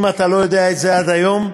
אם אתה לא יודע את זה עד היום,